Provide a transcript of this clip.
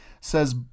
says